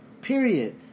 Period